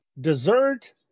dessert